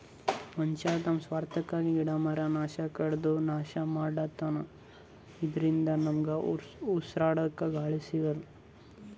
ಮನಶ್ಯಾರ್ ತಮ್ಮ್ ಸ್ವಾರ್ಥಕ್ಕಾ ಗಿಡ ಮರ ಕಡದು ಕಾಡ್ ನಾಶ್ ಮಾಡ್ಲತನ್ ಇದರಿಂದ ನಮ್ಗ್ ಉಸ್ರಾಡಕ್ಕ್ ಗಾಳಿ ಸಿಗಲ್ಲ್